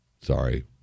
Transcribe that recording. Sorry